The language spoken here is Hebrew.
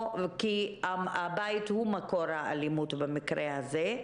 כי הבית הוא מקור האלימות במקרה הזה.